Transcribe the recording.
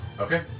Okay